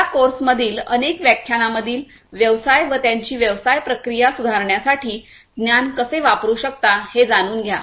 या कोर्समधील अनेक व्याख्यानांमधील व्यवसाय व त्यांची व्यवसाय प्रक्रिया सुधारण्यासाठी ज्ञान कसे वापरू शकता हे जाणून घ्या